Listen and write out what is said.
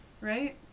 Right